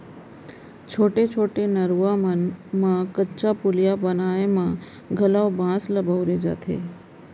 छोटे छोटे नरूवा मन म कच्चा पुलिया बनाए म घलौ बांस ल बउरे जाथे